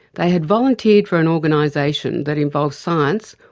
they had volunteered for an organisation that involves science,